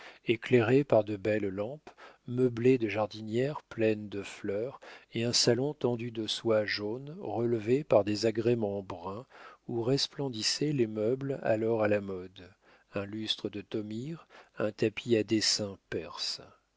éclairée par de belles lampes meublée de jardinières pleines de fleurs et un salon tendu de soie jaune relevée par des agréments bruns où resplendissaient les meubles alors à la mode un lustre de thomire un tapis à dessins perses